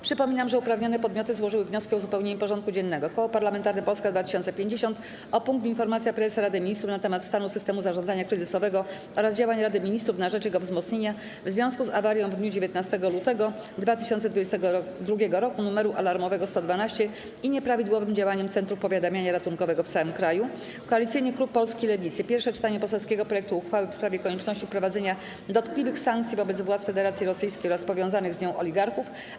Przypominam, że uprawnione podmioty złożyły wnioski o uzupełnienie porządku dziennego: - Koło Parlamentarne Polska 2050 o punkt: Informacja Prezesa Rady Ministrów na temat stanu systemu zarządzania kryzysowego oraz działań Rady Ministrów na rzecz jego wzmocnienia w związku z awarią w dniu 19.02.2022 r. numeru alarmowego 112 i nieprawidłowym działaniem Centrum Powiadamiania Ratunkowego w całym kraju; - Koalicyjny Klub Poselski Lewicy o punkty: - Pierwsze czytanie poselskiego projektu uchwały w sprawie konieczności wprowadzenia dotkliwych sankcji wobec władz Federacji Rosyjskiej oraz powiązanych z nią oligarchów,